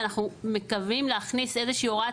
ואנחנו מקווים להכניס איזושהי הוראת